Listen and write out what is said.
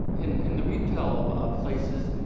in the retail places,